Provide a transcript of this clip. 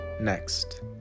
Next